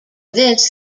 this